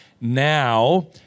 now